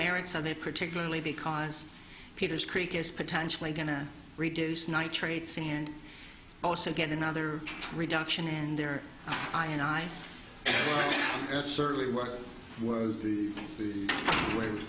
merits of a particularly because peter's creek is potentially going to reduce nitrates and also get another reduction and there i and i certainly work was the the way it was